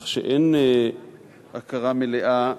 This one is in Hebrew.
כך שאין הכרה מלאה,